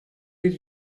did